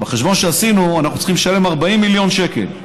בחשבון שעשינו אנחנו צריכים לשלם 40 מיליון שקל,